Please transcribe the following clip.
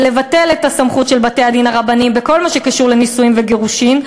ולבטל את הסמכות של בתי-הדין הרבניים בכל מה שקשור לנישואים וגירושים,